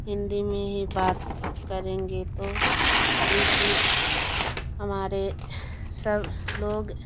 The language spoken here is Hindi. हिंदी में ही बात करेंगे तो क्योंकि हमारे सब लोग